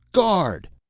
guard!